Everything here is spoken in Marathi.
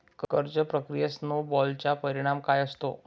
कर्ज प्रक्रियेत स्नो बॉलचा परिणाम काय असतो?